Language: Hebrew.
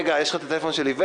רגע, יש לך את הטלפון של איווט?